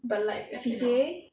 but like the C_C_A